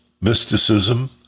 mysticism